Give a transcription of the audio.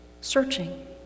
searching